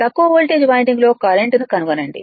తక్కువ వోల్టేజ్ వైండింగ్లో కరెంట్ను కనుగొనండి